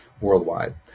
worldwide